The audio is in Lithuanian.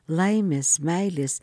laimės meilės